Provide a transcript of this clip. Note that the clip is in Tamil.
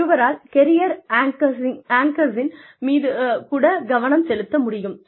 ஒருவரால் கெரியர் ஆங்கர்ஸின் மீது கூட கவனம் செலுத்த முடியும்